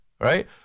right